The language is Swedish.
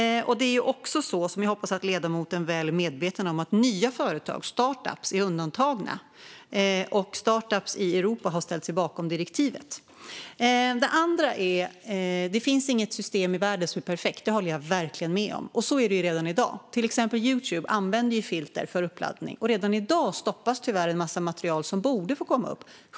Det är också så, vilket jag hoppas att ledamoten är väl medveten om, att nya företag - startup-företag - är undantagna. Startup-företag i Europa har också ställt sig bakom direktivet. Att det inte finns något system i världen som är perfekt håller jag verkligen med om. Så är det också redan i dag - till exempel Youtube använder filter för uppladdning, och redan i dag stoppas tyvärr en massa material som borde få komma upp.